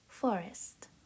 Forest